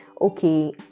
okay